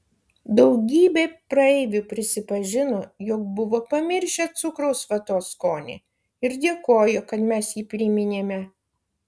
daugybė praeivių prisipažino jog buvo pamiršę cukraus vatos skonį ir dėkojo kad mes jį priminėme